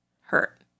hurt